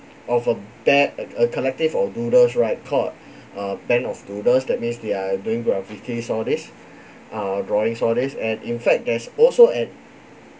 of a bad a a collective of doodles right called a band of doodles that means they're doing graffitis all these uh drawings all these and in fact there's also at